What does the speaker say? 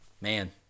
Man